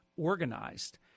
organized